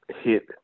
hit